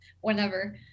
whenever